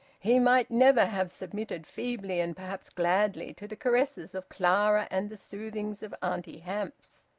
he might never have submitted feebly and perhaps gladly to the caresses of clara and the soothings of auntie hamps!